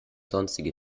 sonstige